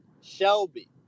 Shelby